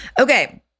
Okay